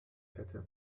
hätte